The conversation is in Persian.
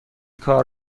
کار